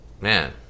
Man